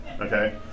okay